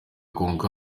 konka